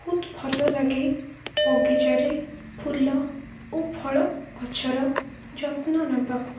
ବହୁତ ଭଲ ଲାଗେ ବଗିଚାରେ ଫୁଲ ଓ ଫଳ ଗଛର ଯତ୍ନ ନବାକୁ